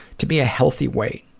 to be a healthy weight.